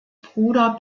bruder